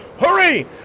Hurry